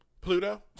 pluto